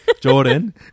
Jordan